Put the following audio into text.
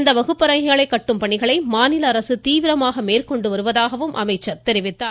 இந்த வகுப்பறைகளை கட்டும் பணிகளை மாநில அரசு தீவிரமாக மேற்கொண்டு வருவதாகவும் கூறினார்